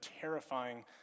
terrifying